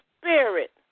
spirit